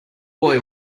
boy